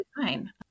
fine